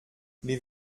les